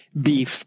beef